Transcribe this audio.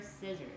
Scissors